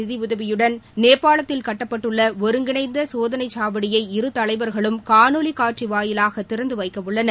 நிதியுதவியுடன் நேபாளத்தில் கட்டப்பட்டுள்ள இருங்கிணைந்த சோதனைச்சாவடியை மத்தியஅரசு இருதலைவர்களும் காணொலிகாட்சி வாயிலாக திறந்து வைக்கவுள்ளனர்